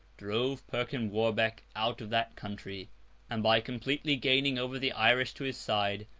drove perkin warbeck out of that country and, by completely gaining over the irish to his side,